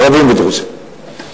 ערבים ודרוזים.